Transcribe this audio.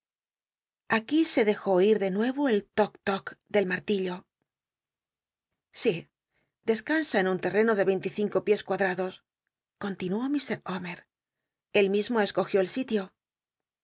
aquí se dejó oir de nuc o el lo lo del martillo sí descansa en un terreno de cinte y cinco piés cuadrados continuó mr omer él mismo escogió el sitio